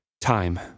Time